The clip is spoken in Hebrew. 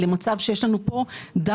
היינו מגיעים למצב שיש לנו פה דאטא,